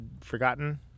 forgotten